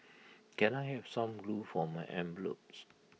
can I have some glue for my envelopes